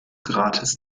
gratis